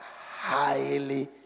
highly